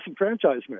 disenfranchisement